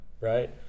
right